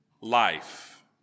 life